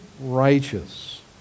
righteous